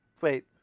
wait